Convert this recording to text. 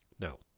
no